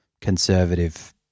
conservative